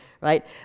right